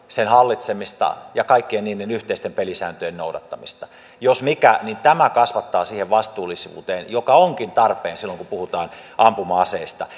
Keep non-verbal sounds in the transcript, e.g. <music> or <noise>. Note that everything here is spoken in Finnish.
sen hallitsemista ja kaikkien niiden yhteisten pelisääntöjen noudattamista jos mikä niin tämä kasvattaa siihen vastuullisuuteen joka onkin tarpeen silloin kun puhutaan ampuma aseista <unintelligible>